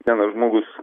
vienas žmogus